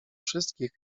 wszystkich